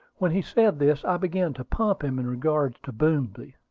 when he said this, i began to pump him in regard to boomsby.